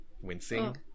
wincing